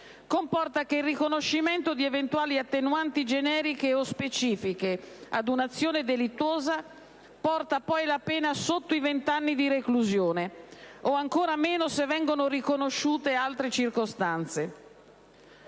comporta che il riconoscimento di eventuali attenuanti generiche o specifiche ad un'azione delittuosa porti poi la pena sotto i vent'anni di reclusione, o ancora meno se vengono riconosciute altre circostanze.